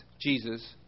Jesus